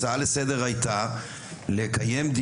הצעה לסדר הייתה,